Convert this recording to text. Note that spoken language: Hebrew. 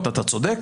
אתה צודק,